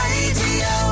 Radio